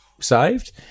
saved